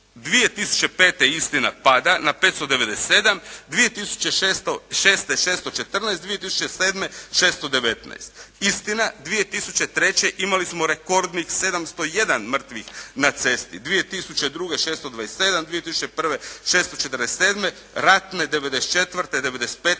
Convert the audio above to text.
2005. istina pada na 597, 2006. 614, 2007. 619. Istina, 2003. imali smo rekordnih 701 mrtvih na cesti, 2002. 627, 2001. 647. Ratne '94., '95.